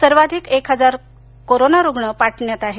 सर्वाधिक एक हजार कोरोना रुग्ण पाटण्यात आहेत